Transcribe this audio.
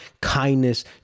kindness